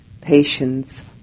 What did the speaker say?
patience